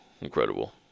incredible